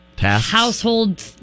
household